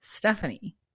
Stephanie